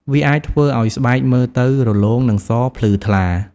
វាអាចធ្វើឱ្យស្បែកមើលទៅរលោងនិងសភ្លឺថ្លា។